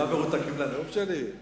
מרותקים לנאום שלי?